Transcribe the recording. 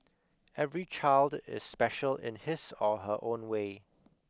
every child is special in his or her own way